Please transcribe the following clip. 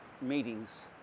meetings